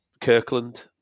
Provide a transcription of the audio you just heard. Kirkland